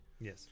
Yes